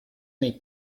nei